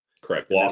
Correct